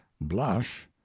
blush